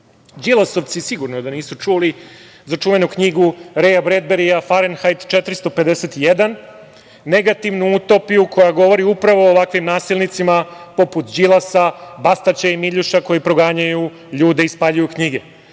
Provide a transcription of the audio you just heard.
SNS“.Đilasovci sigurno da nisu čuli za čuvenu knjigu Reja Bredberija „Farenhajt 451“, negativnu utopiju koja govori upravo o ovakvim nasilnicima poput Đilasa, Bastaća i Miljuša, koji proganjaju ljude i spaljuju knjige. Inače,